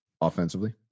offensively